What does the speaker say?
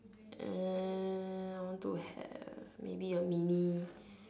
uh I want to have maybe a mini